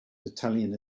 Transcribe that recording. italian